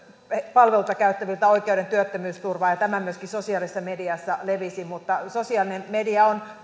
palveluita käyttäviltä oikeuden työttömyysturvaan ja tämä myöskin sosiaalisessa mediassa levisi mutta sosiaalinen media on